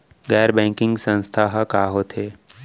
गैर बैंकिंग संस्था ह का होथे?